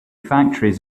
factories